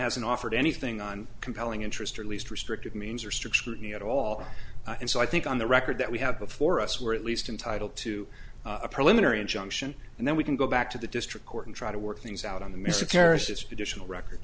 hasn't offered anything on compelling interest or at least restrictive means or strict scrutiny at all and so i think on the record that we have before us we're at least entitle to a preliminary injunction and then we can go back to the district court and try to work things out on the